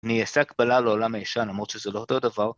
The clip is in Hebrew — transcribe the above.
אני יעשה לעולם הישן, למרות שזה לא אותו דבר.